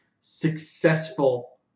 successful